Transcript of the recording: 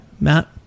matt